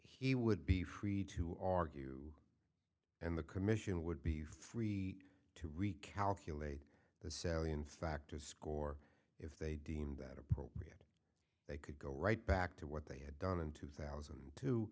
he would be free to argue and the commission would be free to recalculate the salient fact to score if they deem that appropriate they could go right back to what they had done in two thousand